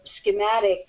schematic